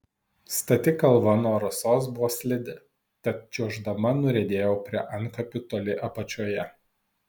stati kalva nuo rasos buvo slidi tad čiuoždama nuriedėjau prie antkapių toli apačioje